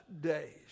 days